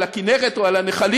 על הכינרת או על הנחלים,